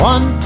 One